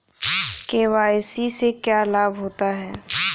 KYC से क्या लाभ होता है?